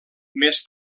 més